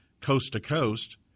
coast-to-coast